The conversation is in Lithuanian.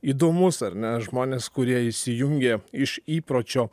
įdomus ar ne žmonės kurie įsijungė iš įpročio